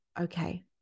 okay